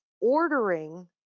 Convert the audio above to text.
ordering